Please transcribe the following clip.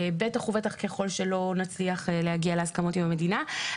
בטח ובטח ככל שלא נצליח להגיע להסכמות עם המדינה.